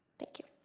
thank you.